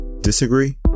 disagree